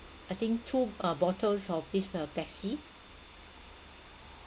I think two uh bottles of this uh pepsi